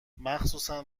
مخصوصا